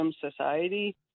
society